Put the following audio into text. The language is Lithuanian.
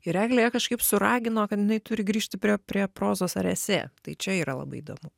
ir eglė ją kažkaip su ragino kad jinai turi grįžti prie prie prozos ar esė tai čia yra labai įdomu